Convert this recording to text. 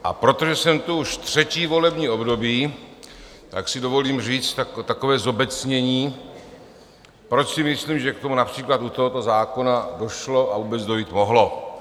A protože jsem tu už třetí volební období, tak si dovolím říct takové zobecnění, proč si myslím, že k tomu například u tohoto zákona došlo a vůbec dojít mohlo.